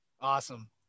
Awesome